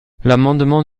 l’amendement